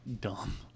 dumb